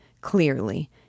clearly